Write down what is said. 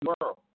world